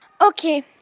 Okay